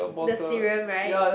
the serum right